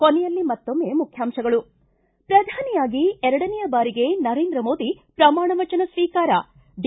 ಕೊನೆಯಲ್ಲಿ ಮತ್ತೊಮ್ನೆ ಮುಖ್ಯಾಂಶಗಳು ಿ ಪ್ರಧಾನಿಯಾಗಿ ಎರಡನೇ ಬಾರಿಗೆ ನರೇಂದ್ರ ಮೋದಿ ಪ್ರಮಾಣವಚನ ಸ್ನೀಕಾರ ಡಿ